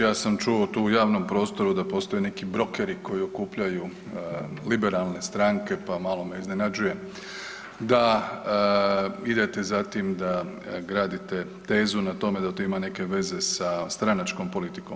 Ja sam čuo tu u javnom prostoru da postoje neki brokeri koji okupljaju liberalne stranke pa malo me iznenađuje da idete za tim da gradite tezu na tome da to ima neke veze sa stranačkom politikom.